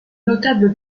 notables